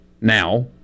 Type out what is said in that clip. now